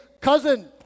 cousin